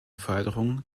förderung